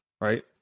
right